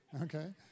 Okay